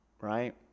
Right